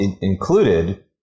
included